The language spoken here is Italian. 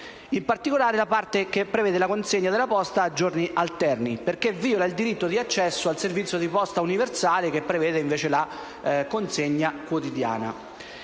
in particolare la parte che prevede la consegna della posta a giorni alterni, perché viola il diritto di accesso al servizio di posta universale che prevede invece la consegna quotidiana.